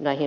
näihin pahoinpitelytutkimuksiin